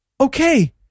Okay